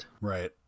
Right